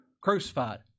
crucified